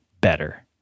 better